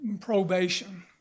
probation